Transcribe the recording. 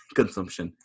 consumption